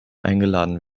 eingeladen